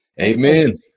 Amen